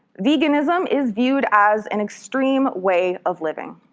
veganism is viewed as an extreme way of living.